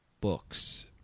books